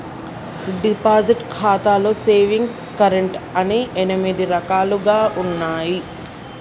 deposit ఖాతాలో savings current అని ఎనిమిది రకాలుగా ఉన్నయి